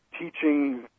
teaching